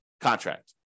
contract